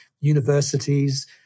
universities